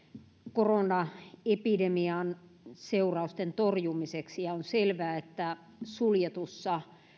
koronaepidemian seurausten torjumiseksi on selvää että suljetussa